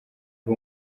ari